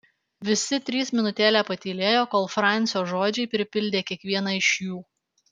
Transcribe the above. visi trys minutėlę patylėjo kol francio žodžiai pripildė kiekvieną iš jų